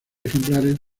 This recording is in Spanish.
ejemplares